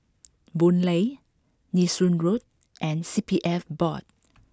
Boon Lay Nee Soon Road and C P F Board